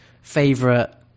favorite